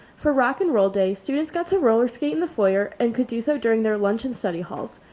for rock'n'roll day, students got to roller skate in the foyer and could do so during their lunch and study halls.